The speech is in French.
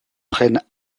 prennent